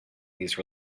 these